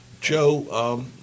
Joe